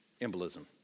embolism